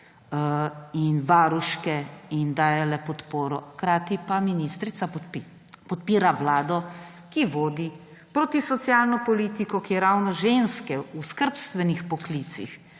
in varuške in dajale podporo. Hkrati pa ministrica podpira vlado, ki vodi protisocialno politiko, ki ravno ženske v skrbstvenih poklicih,